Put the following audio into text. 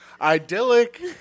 idyllic